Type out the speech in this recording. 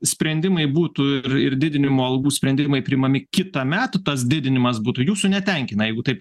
sprendimai būtų ir didinimo algų sprendimai priimami kitąmet tas didinimas būtų jūsų netenkina jeigu taip